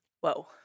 Whoa